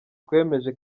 twemeje